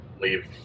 leave